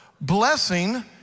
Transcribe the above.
blessing